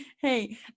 Hey